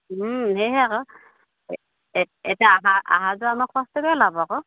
সেয়েহে আকৌ এতিয়া আহা আহা যোৱা আমাৰ খৰচটোকে ওলাব আকৌ